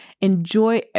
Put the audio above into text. enjoy